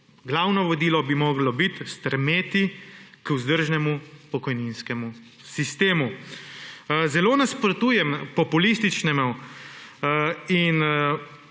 Glavo vodilo bi moralo biti – strmeti k vzdržnemu pokojninskemu sistemu. Zelo nasprotujem populističnemu in